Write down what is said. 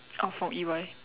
out from E_Y